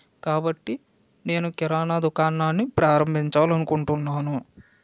కాబట్టి నేను కిరాణ దుకాణాన్ని ప్రారంభించాలనుకుంటున్నాను